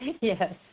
Yes